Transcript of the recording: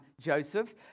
Joseph